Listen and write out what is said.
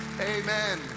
Amen